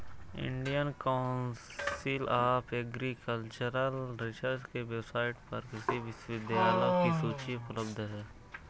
Indian council of agricultural research के website पर कृषि विश्वविद्यालयों की सूची उपलब्ध है